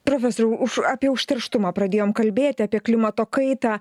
profesoriau už apie užterštumą pradėjom kalbėti apie klimato kaitą